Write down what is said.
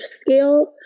scale